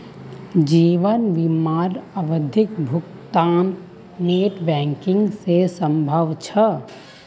जीवन बीमार आवधिक भुग्तान नेट बैंकिंग से संभव छे?